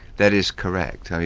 that is correct.